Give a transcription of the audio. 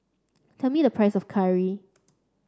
tell me the price of curry